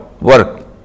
work